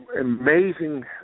amazing